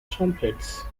trumpets